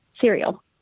cereal